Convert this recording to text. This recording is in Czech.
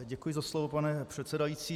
Děkuji za slovo, pane předsedající.